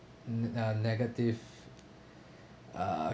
mm uh negative ah